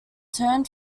turned